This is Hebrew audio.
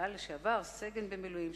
סגן במילואים,